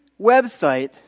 website